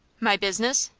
my business?